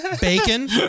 bacon